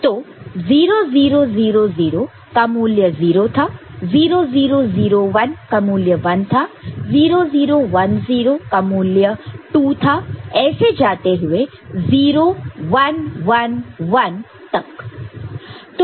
तो 0 0 0 0 का मूल्य 0 था 0 0 0 1 का मूल्य 1 था 0 0 1 0 का मूल्य 2 था ऐसे जाते हुए 0 1 1 1 तक